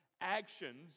actions